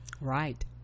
Right